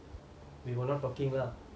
we were not talking lah